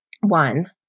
one